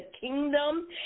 kingdom